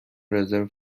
رزرو